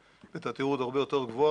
הוא בתדירות הרבה יותר גבוהה,